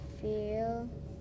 feel